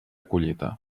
collita